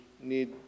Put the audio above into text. need